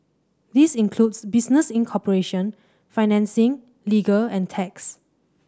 this includes business incorporation financing legal and tax